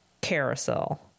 carousel